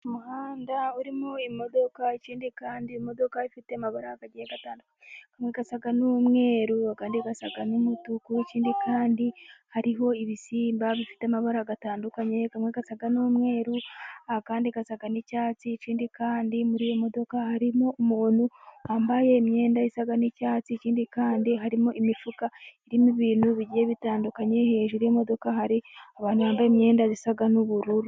Umuhanda urimo imodoka, ikindi kandi imodoka ifite amabara agiye atandukanye, amwe asa n'umweru ayandi asa n'umutuku. Ikindi kandi hariho ibisimba bifite amabara atandukanye, amwe asa n'umweru ayandi asa n'icyatsi, ikindi kandi muri iyo modoka harimo umuntu wambaye imyenda isa n'icyatsi. Ikindi kandi harimo imifuka irimo ibintu bigiye bitandukanye. Hejuru y'imodoka hari abantu bambaye imyenda isa n'ubururu.